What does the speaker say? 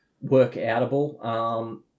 work-outable